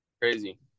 crazy